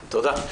תודה.